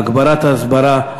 הגברת ההסברה,